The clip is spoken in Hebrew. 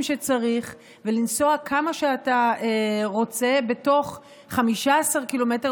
שצריך ולנסוע כמה שאתה רוצה בתוך 15 ק"מ,